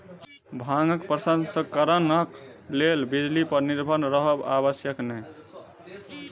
भांगक प्रसंस्करणक लेल बिजली पर निर्भर रहब आवश्यक नै